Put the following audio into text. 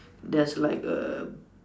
there's like a